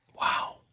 Wow